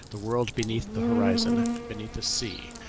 the world beneath the horizon, beneath the sea,